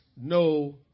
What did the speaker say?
no